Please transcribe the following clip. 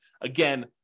Again